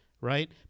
right